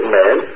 man